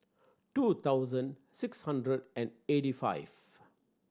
two thousand six hundred and eighty five